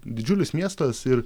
didžiulis miestas ir